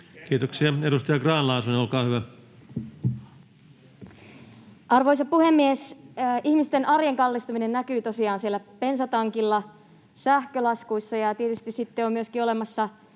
Kiitoksia. — Edustaja Grahn-Laasonen, olkaa hyvä. Arvoisa puhemies! Ihmisten arjen kallistuminen näkyy tosiaan bensatankilla, sähkölaskuissa, ja tietysti sitten on olemassa